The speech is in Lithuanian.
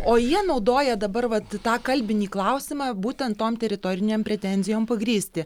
o jie naudoja dabar vat tą kalbinį klausimą būtent tom teritorinėm pretenzijom pagrįsti